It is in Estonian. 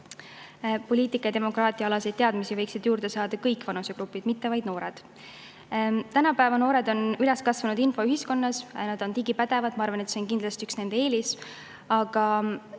Poliitika- ja demokraatiaalaseid teadmisi võiksid juurde saada kõik vanusegrupid, mitte vaid noored. Tänapäeva noored on üles kasvanud infoühiskonnas, nad on digipädevad. Ma arvan, et see on kindlasti üks nende eelis, aga